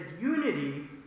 unity